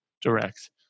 direct